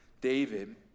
David